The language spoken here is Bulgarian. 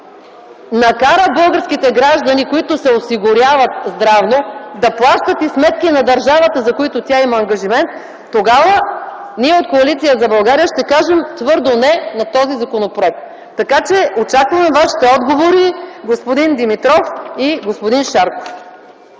накара българските граждани, които се осигуряват здравно, да плащат и сметки на държавата, за които тя има ангажимент, тогава ние от Коалиция за България ще кажем твърдо „не” на този законопроект. Очакваме вашите отговори, господин Димитров, и, господин Шарков.